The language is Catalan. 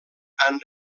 han